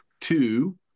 Two